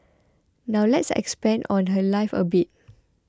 now let's expand on her life a bit